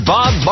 Bob